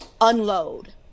unload